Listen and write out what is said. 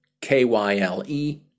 K-Y-L-E